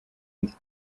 undi